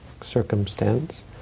circumstance